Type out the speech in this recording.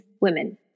women